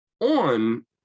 On